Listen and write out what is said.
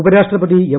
ഉപരാഷ്ട്രപതി എം